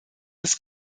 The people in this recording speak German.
des